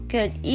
Good